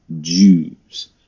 Jews